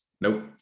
nope